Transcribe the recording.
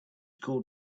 called